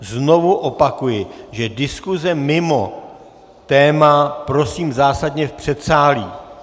Znovu opakuji, že diskuse mimo téma prosím zásadně v předsálí.